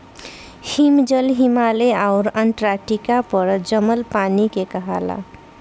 हिमजल, हिमालय आउर अन्टार्टिका पर जमल पानी के कहाला